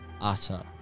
utter